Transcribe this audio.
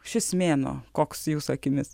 šis mėnuo koks jūsų akimis